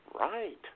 right